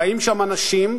חיים שם אנשים,